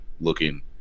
looking